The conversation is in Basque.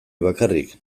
bakarrik